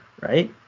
right